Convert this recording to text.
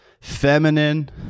feminine